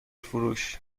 فروش